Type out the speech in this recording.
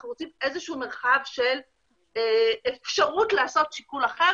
אנחנו רוצים איזשהו מרחב של אפשרות לעשות שיקול אחר